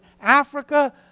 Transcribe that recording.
Africa